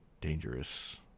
dangerous